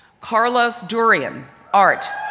carlos dorrien, um art.